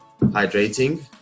hydrating